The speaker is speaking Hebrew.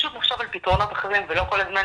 שפשוט נחשוב על פתרונות אחרים ולא כל הזמן